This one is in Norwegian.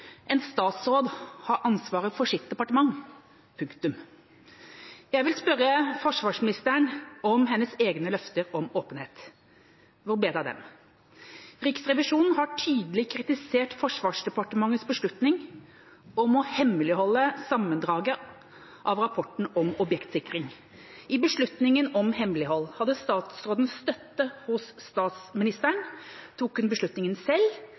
En statsråd har ansvaret for sitt departement – punktum. Jeg vil spørre forsvarsministeren om hennes egne løfter om åpenhet. Hvor ble det av den? Riksrevisjonen har tydelig kritisert Forsvarsdepartementets beslutning om å hemmeligholde sammendraget av rapporten om objektsikring. I beslutningen om hemmelighold – hadde statsråden støtte hos statsministeren? Tok hun beslutningen selv?